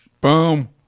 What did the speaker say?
boom